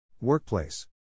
Workplace